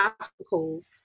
obstacles